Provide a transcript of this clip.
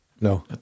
No